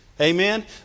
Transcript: Amen